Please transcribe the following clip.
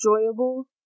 enjoyable